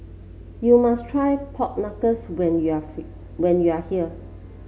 you must try Pork Knuckle when you are feel when you are here